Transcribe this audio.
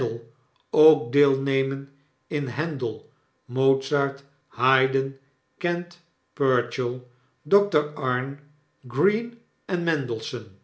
ook deel nemen in handel mozart haydn kent purcell doctor arne greene en